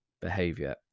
behavior